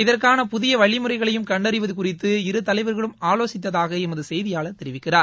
இதற்கான புதிய வழிமுறைகளையும் கண்டறிவது குறித்து இரு தலைவர்களும் ஆலோசித்ததாக எமது செய்தியாளர் தெரிவிக்கிறார்